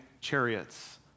chariots